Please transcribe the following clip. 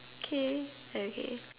okay okay